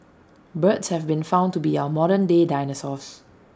birds have been found to be our modern day dinosaurs